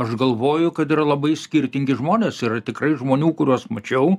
aš galvoju kad yra labai skirtingi žmonės yra tikrai žmonių kuriuos mačiau